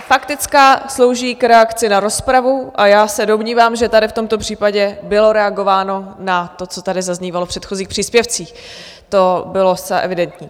Faktická slouží k reakci na rozpravu a já se domnívám, že tady v tomto případě bylo reagováno na to, co tady zaznívalo v předchozích příspěvcích, to bylo zcela evidentní.